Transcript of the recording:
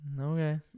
Okay